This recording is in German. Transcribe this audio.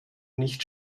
nicht